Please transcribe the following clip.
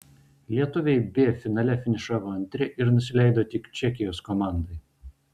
lietuviai b finale finišavo antri ir nusileido tik čekijos komandai